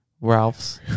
Ralph's